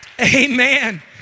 Amen